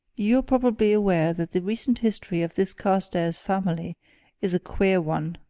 you are probably aware that the recent history of this carstairs family is a queer one.